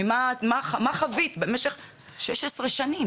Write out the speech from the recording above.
מה חווית במשך 16 שנים?